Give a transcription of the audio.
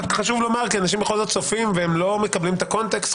רק חשוב לומר כי אנשים צופים והם לא מקבלים את הקונטקסט.